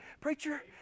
preacher